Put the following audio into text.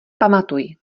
pamatuj